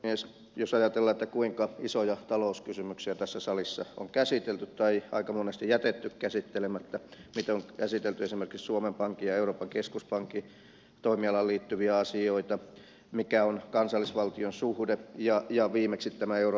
jos ajatellaan kuinka isoja talouskysymyksiä tässä salissa on käsitelty tai aika monesti on jätetty käsittelemättä on käsitelty esimerkiksi suomen pankin ja euroopan keskuspankin toimialaan liittyviä asioita mikä on kansallisvaltion suhde ja viimeksi tämä euroopan vakausmekanismiasia